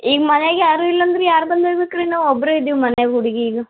ಈಗ ಮನೆಯಾಗ್ ಯಾರು ಇಲ್ಲ ಅಂದರೆ ಯಾರು ಬಂದು ಒಯ್ಬೇಕು ರೀ ನಾವು ಒಬ್ಬರೆ ಇದ್ದೀವಿ ಮನೆಯಾಗ್ ಹುಡುಗಿ ಈಗ